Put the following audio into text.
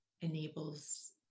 enables